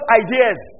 ideas